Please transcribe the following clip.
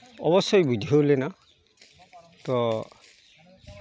ᱚᱵᱳᱥᱥᱳᱭ ᱵᱩᱡᱷᱟᱹᱣ ᱞᱮᱱᱟ ᱛᱚ